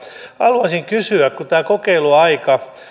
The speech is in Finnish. haluaisin kysyä kun tämä kokeiluaika